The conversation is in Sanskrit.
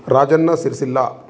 राजन्नसिर्सिल्ला